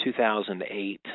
2008